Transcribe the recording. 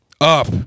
Up